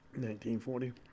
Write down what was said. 1940